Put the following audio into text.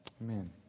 Amen